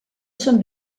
són